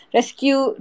Rescue